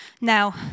Now